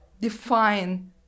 define